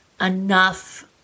enough